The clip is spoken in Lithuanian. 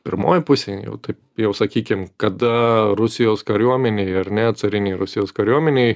pirmoj pusėj jau jau sakykim kada rusijos kariuomenėj ar ne carinėj rusijos kariuomenėj